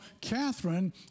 Catherine